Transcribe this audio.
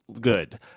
good